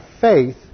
faith